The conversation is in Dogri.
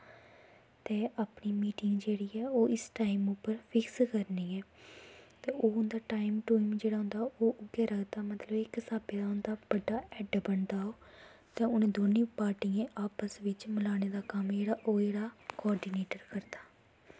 ते अपनी मीटिंग जेह्ड़ी ऐ ओह् इस टाईम उप्पर फिक्स करनी ऐ ते ओह् उं'दा टाईम टूईम जेह्ड़ा होंदा ओह् उऐ रखदा मतलब इक स्हाबा दा उं'दा बड्डा हैड्ड बनदा ओह् ते उ'नें दौनी पार्टियें गी आपस बिच्च मलाने दा कम्म जेह्ड़ा ओह् जेह्ड़ा कोआर्डिनेटर करदा